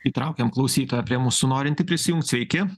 įtraukiam klausytoją prie mūsų norintį prisijungt sveiki